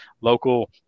local